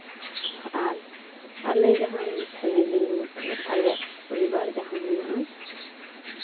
ᱟᱨ ᱟᱞᱮ ᱡᱟᱦᱟᱸ ᱯᱷᱮᱢᱮᱞᱤ ᱢᱚᱛᱞᱚᱵᱽ ᱟᱞᱮ ᱯᱚᱨᱤᱵᱟᱨ ᱡᱟᱦᱟᱸ ᱢᱮᱱᱟᱜᱼᱟ